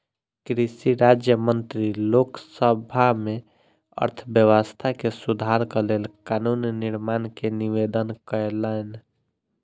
कृषि राज्य मंत्री लोक सभा में अर्थव्यवस्था में सुधारक लेल कानून निर्माण के निवेदन कयलैन